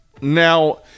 Now